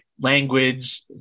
language